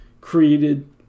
created